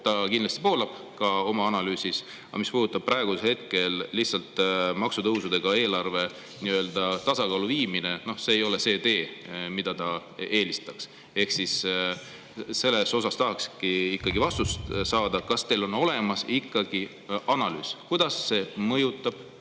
ta kindlasti pooldab ka oma analüüsis, aga mis puudutab praegu lihtsalt maksutõusudega eelarve tasakaalu viimist, siis see ei ole see tee, mida ta eelistaks. Selles osas tahaksingi ikkagi vastust saada, kas teil on olemas analüüs, kuidas see mõjutab